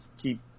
Keep